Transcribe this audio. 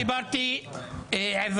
אני דיברתי עברית.